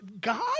God